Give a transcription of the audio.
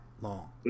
long